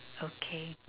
okay